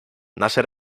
nasze